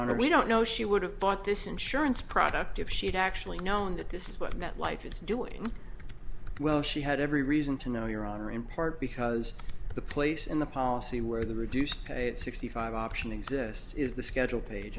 honor we don't know she would have thought this insurance product if she'd actually known that this is what met life is doing well she had every reason to know your honor in part because the place in the policy where the reduced paid sixty five option exists is the schedule page